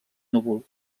núvol